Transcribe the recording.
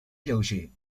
lleuger